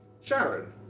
Sharon